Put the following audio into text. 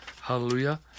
Hallelujah